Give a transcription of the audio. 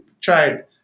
tried